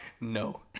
No